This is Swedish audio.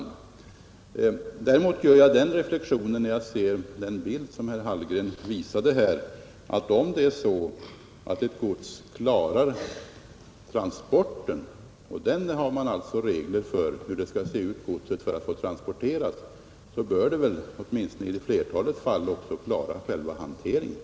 Däremot gör jag den reflexionen, när jag ser den bild som herr Hallgren visade här, att om det är så att ett gods klarar transporten — man har alltså regler för hur godset skall se ut för att det skall få transporteras — bör det väl åtminstone i flertalet fall också klara själva hanteringen.